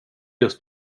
just